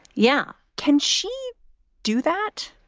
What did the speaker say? yeah. can she do that?